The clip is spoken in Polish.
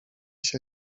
się